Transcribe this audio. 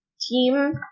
team